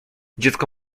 dziecko